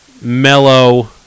Mellow